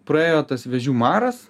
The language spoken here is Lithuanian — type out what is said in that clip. praėjo tas vėžių maras